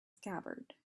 scabbard